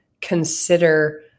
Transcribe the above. consider